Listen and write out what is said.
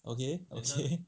okay okay